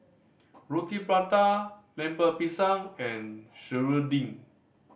Roti Prata Lemper Pisang and serunding